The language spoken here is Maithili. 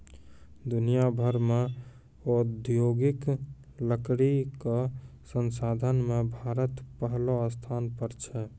दुनिया भर मॅ औद्योगिक लकड़ी कॅ संसाधन मॅ भारत पहलो स्थान पर छै